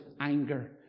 anger